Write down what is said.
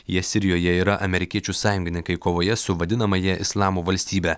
jie sirijoje yra amerikiečių sąjungininkai kovoje su vadinamąja islamo valstybe